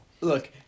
look